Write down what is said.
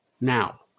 now